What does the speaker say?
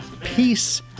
peace